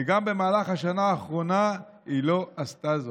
וגם במהלך השנה האחרונה היא לא עשתה זאת.